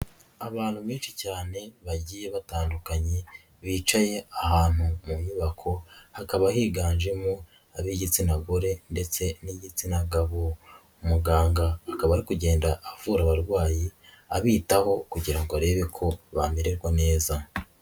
Abantu benshi cyane bagiye batandukanye bicaye ahantu mu nyubako hakaba higanjemo ab'igitsina gore ndetse n'igitsina gabo. Umuganga akabura kugenda avura abarwayi abitaho kugira ngo arebe ko bamererwa neza.